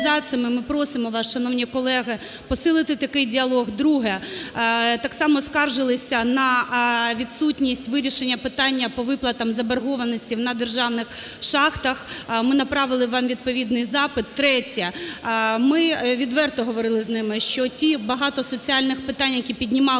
Ми просимо вас, шановні колеги, посилити такий діалог. Друге. Так само скаржились на відсутність вирішення питання про виплатам заборгованості на державних шахтах. Ми направили вам відповідний запит. Третє. Ми відверто говорили з ними, що ті багато соціальних питань, які піднімалися